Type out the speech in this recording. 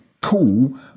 cool